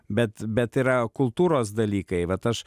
bet bet yra kultūros dalykai vat aš